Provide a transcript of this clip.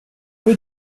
peu